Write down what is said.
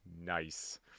Nice